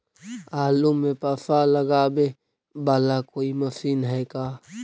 आलू मे पासा लगाबे बाला कोइ मशीन है का?